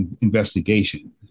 investigation